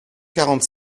quarante